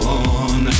on